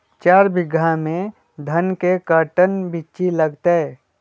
चार बीघा में धन के कर्टन बिच्ची लगतै?